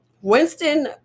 Winston